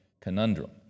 conundrum